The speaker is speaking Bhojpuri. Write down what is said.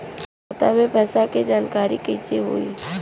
खाता मे पैसा के जानकारी कइसे होई?